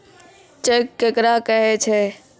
Cheque केकरा कहै छै?